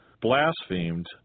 blasphemed